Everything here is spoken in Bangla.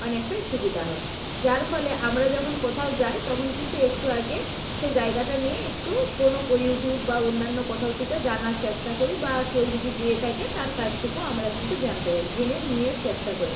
অনেকটাই সুবিধা হয় যার ফলে আমরা যখন কোথাও যাই তখন কিন্তু একটু আগে সেই জায়গাটা নিয়ে একটু কোনো ওই ইউটিউব বা অন্যান্য কোথাও থেকেও জানার চেষ্টা করি বা কেউ যদি যেয়ে থাকে তার কাছ থেকেও আমরা কিন্তু জানতে পারি জেনে নিয়ে চেষ্টা করি